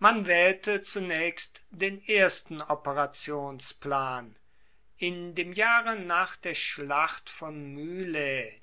man waehlte zunaechst den ersten operationsplan im jahre nach der schlacht von mylae